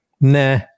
nah